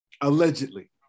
Allegedly